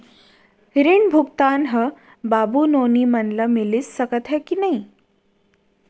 ऋण भुगतान ह बाबू नोनी मन ला मिलिस सकथे की नहीं?